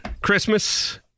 Christmas